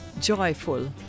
joyful